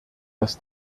dass